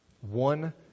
One